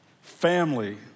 family